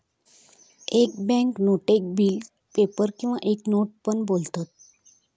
एक बॅन्क नोटेक bill paper किंवा एक नोट पण बोलतत